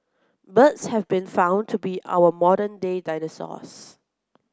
birds have been found to be our modern day dinosaurs